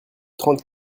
trente